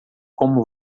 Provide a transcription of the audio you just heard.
como